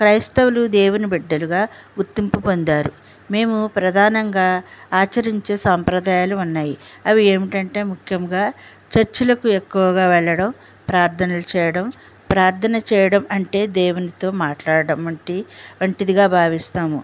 క్రైస్తవులు దేవుని బిడ్డలుగా గుర్తింపు పొందారు మేము ప్రధానంగా ఆచరించే సాంప్రదాయాలు ఉన్నాయి అవి ఏమిటంటే ముఖ్యంగా చర్చలకు ఎక్కువగా వెళ్ళడం ప్రార్థనలు చేయడం ప్రార్థన చేయడం అంటే దేవునితో మాట్లాడటం అంటే వంటిదిగా భావిస్తాము